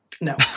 No